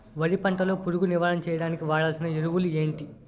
వరి పంట లో పురుగు నివారణ చేయడానికి వాడాల్సిన ఎరువులు ఏంటి?